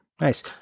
Nice